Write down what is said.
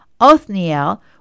Othniel